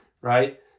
right